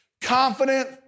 confident